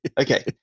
Okay